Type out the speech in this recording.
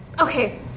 okay